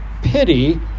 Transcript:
pity